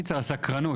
הסקרנות,